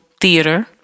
theater